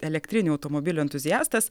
elektrinių automobilių entuziastas